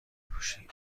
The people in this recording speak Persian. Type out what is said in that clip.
پوشی